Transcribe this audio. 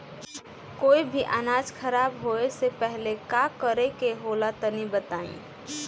कोई भी अनाज खराब होए से पहले का करेके होला तनी बताई?